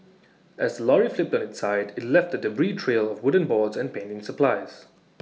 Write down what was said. as lorry flipped on its side IT left A debris trail of wooden boards and painting supplies